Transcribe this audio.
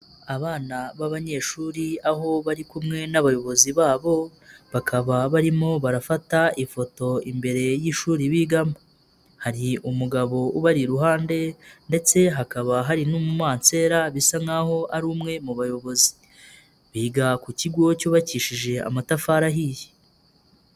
Abana b'abanyeshuri aho bari kumwe n'abayobozi babo, bakaba barimo barafata ifoto imbere y'ishuri bigamo, hari umugabo ubara iruhande ndetse hakaba hari n'umansera bisa nk'aho ari umwe mu bayobozi, biga ku kigo cyubakishije amatafari ahiye.